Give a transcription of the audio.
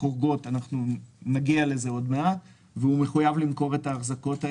חורגות אנחנו נגיע לזה עוד מעט והוא מחויב למכור אותן,